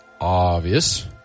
obvious